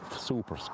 super